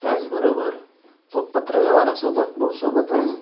त्याचबरोबर प पत्रव्यवहारासोब ब सोबतच